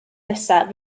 nesaf